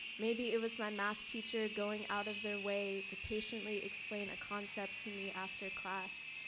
maybe it was my math teacher going out of their way to patiently explain a concept to me after class.